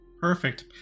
Perfect